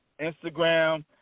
Instagram